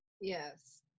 yes